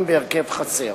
בהרכב חסר.